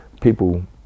people